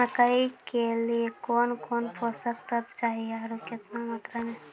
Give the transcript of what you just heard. मकई के लिए कौन कौन पोसक तत्व चाहिए आरु केतना मात्रा मे?